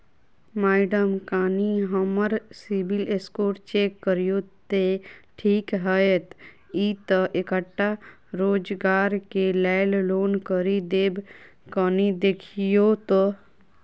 Madam कनि हम्मर CIBIL score check करियो तेँ ठीक हएत ई तऽ एकटा रोजगार केँ लैल लोन करि देब कनि देखीओत?